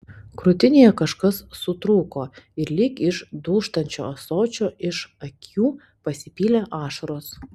krūtinėje kažkas sutrūko ir lyg iš dūžtančio ąsočio iš akių pasipylė ašaros